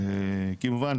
כמובן,